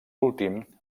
últim